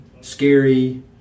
scary